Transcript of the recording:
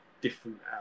different